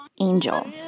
Angel